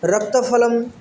रक्तफलं